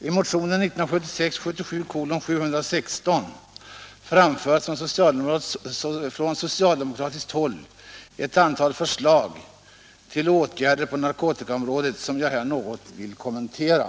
I motionen 1976/77:716 framförs från socialdemokratiskt håll ett antal förslag till åtgärder på narkotikaområdet som jag här något vill kommentera.